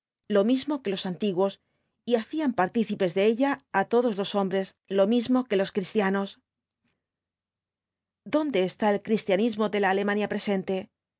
lo mismo que los antiguos y hacían partícipes de ella á todos los hombres lo mismo que los cristianos dónde está el cristianismo de la alemania presente